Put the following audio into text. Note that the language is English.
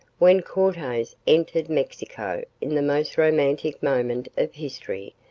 when cortes entered mexico, in the most romantic moment of history,